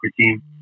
team